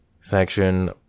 section